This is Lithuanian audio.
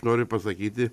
noriu pasakyti